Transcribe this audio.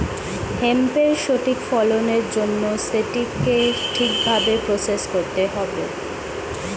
হেম্পের সঠিক ফলনের জন্য সেটিকে ঠিক ভাবে প্রসেস করতে হবে